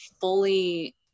fully